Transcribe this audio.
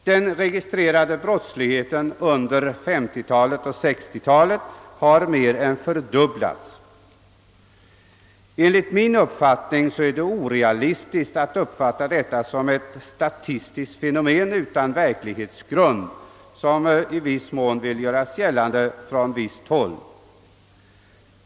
Den registrerade brottsligheten har under 1950-talet och 1960 talet mer än fördubblats. Enligt min mening är det orealistiskt att uppfatta detta som ett statistiskt fenomen utan verklighetsgrund, såsom i viss mån görs på något håll.